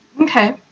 okay